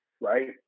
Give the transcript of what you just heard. right